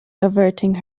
averting